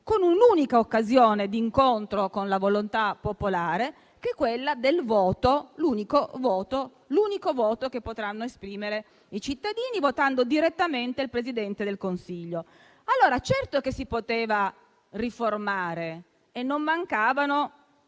con un'unica occasione di incontro con la volontà popolare, che è il voto (l'unico voto che potranno esprimere i cittadini, votando direttamente il Presidente del Consiglio). Certo allora che si poteva riformare e non mancavano